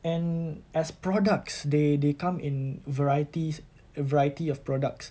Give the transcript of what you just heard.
and as products they they come in varieties a variety of products